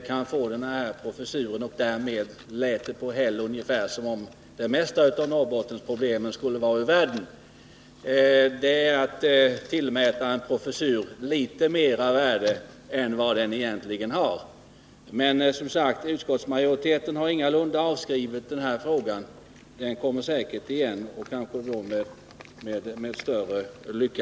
kan få den här professuren och därmed — lät det ungefär som herr Häll menade — skaffa det mesta av Norrbottensproblemen ur världen. Men det är att tillmäta en professur litet mer värde än vad den egentligen har. Utskottsmajoriteten har som sagt ingalunda avskrivit den här frågan. Den kommer säkert igen, och då kanske med större lycka.